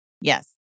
yes